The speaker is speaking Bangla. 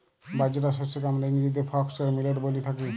বাজরা শস্যকে হামরা ইংরেজিতে ফক্সটেল মিলেট ব্যলে থাকি